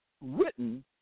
written